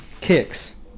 Kicks